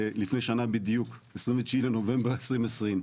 לפני שנה בדיוק 29 לנובמבר 2020,